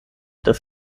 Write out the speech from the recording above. das